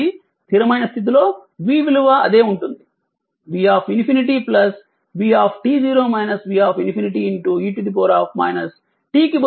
కానీ స్థిరమైన స్థితిలో v విలువ అదే ఉంటుంది v ∞ v v∞ e t కి బదులుగా t t0 𝜏 అవుతుంది